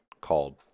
called